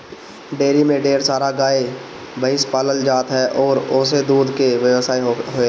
dairy में ढेर सारा गाए भइस पालल जात ह अउरी ओसे दूध के व्यवसाय होएला